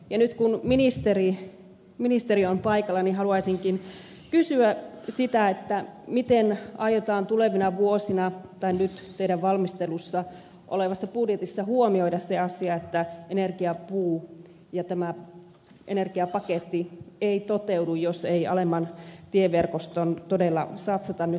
nyt kun ministeri on paikalla niin haluaisinkin kysyä sitä miten aiotaan tulevina vuosina tai nyt teidän valmistelussanne olevassa budjetissa huomioida se asia että energiapuu ja tämä energiapaketti ei toteudu jos ei alempaan tieverkostoon todella satsata nyt lisää